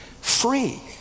free